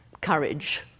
courage